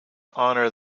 honor